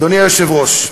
אדוני היושב-ראש,